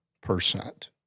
percent